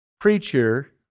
preacher